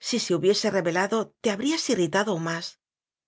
si se hubiese rebelado te ha brías irritado aún más